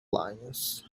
lions